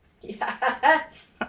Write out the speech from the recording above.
Yes